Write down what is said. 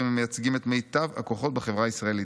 המייצגים את מיטב הכוחות בחברה הישראלית.